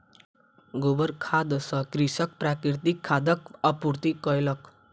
गोबर खाद सॅ कृषक प्राकृतिक खादक आपूर्ति कयलक